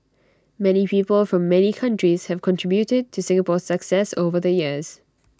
many people from many countries have contributed to Singapore's success over the years